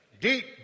Deep